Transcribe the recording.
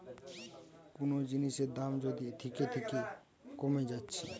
কুনো জিনিসের দাম যদি থিকে থিকে কোমে যাচ্ছে